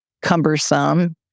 cumbersome